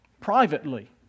Privately